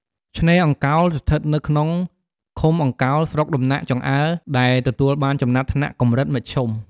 ឆ្នេរអង្កោល ស្ថិតនៅក្នុងឃុំអង្កោល ស្រុកដំណាក់ចង្អើរ ដែលទទួលបានចំណាត់ថ្នាក់ "កម្រិតមធ្យម" ។